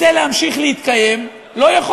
רוצה להמשיך להתקיים, אבל הוא לא יכול.